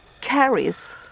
carries